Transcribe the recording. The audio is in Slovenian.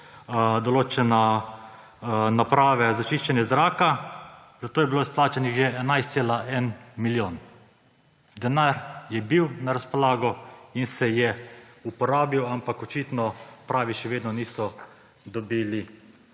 določene naprave za čiščenje zraka. Za to je bilo izplačanih že 11,1 milijona, denar je bil na razpolago in se je uporabil, ampak očitno pravi še vedno niso dobili